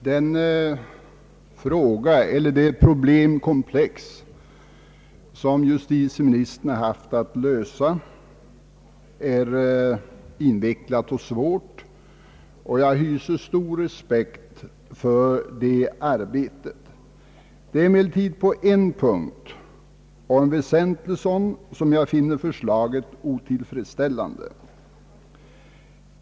Herr talman! Det problemkomplex som justitieministern har haft att lösa är invecklat och svårt, och jag hyser stor respekt för det arbete som utförts. Det är emellertid på en punkt — och en väsentlig sådan — som jag finner förslaget otillfredsställande.